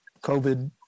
COVID